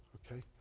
ok?